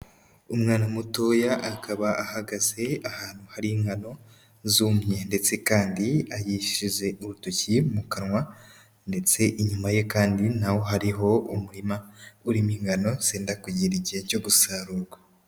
Umwana mutoya akaba ahagaze ahantu hari ingano zumye ndetse kandi yishyize urutoki mu kanwa ndetse inyuma ye kandi naho hariho umurima urimo ingano zenda kugera igihe cyo gusarurwa.